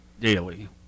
daily